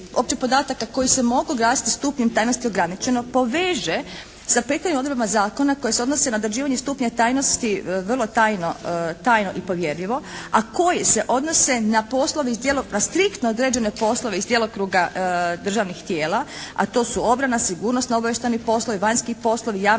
opće podataka koji se mogu … /Govornica se ne razumije./ … stupnjem tajnosti «ograničeno» poveže sa prethodnim odredbama zakona koje se odnose na određivanje stupnja tajnosti «vrlo tajno», «tajno» i «povjereljivo», a koji se odnose na poslove iz, na striktno određene poslove iz djelokruga državnih tijela a to su obrana, sigurnosno-obavještajni poslovi, vanjski poslovi, javna